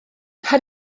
pan